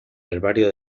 herbario